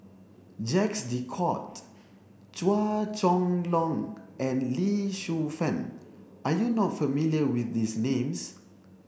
Jacques De Coutre Chua Chong Long and Lee Shu Fen are you not familiar with these names